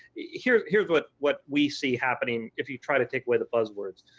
here's here's what what we see happening if you try to take away the buzzwords.